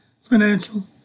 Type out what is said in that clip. financial